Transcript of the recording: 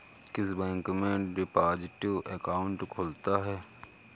किस बैंक में deposit account खुलता है?